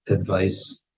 advice